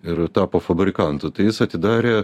ir tapo fabrikantu tai jis atidarė